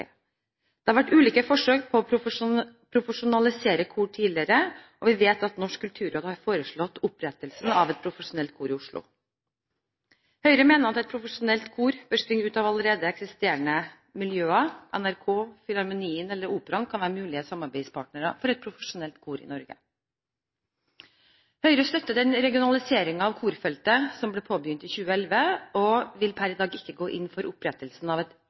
Det har vært ulike forsøk på å profesjonalisere kor tidligere, og vi vet at Norsk kulturråd har foreslått opprettelse av et profesjonelt kor i Oslo. Høyre mener at et profesjonelt kor bør springe ut av allerede eksisterende miljøer. NRK, Filharmonien eller Operaen kan være mulige samarbeidspartnere for et profesjonelt kor i Norge. Høyre støtter den regionaliseringen av korfeltet som ble påbegynt i 2011, og vil per i dag ikke gå inn for opprettelsen av et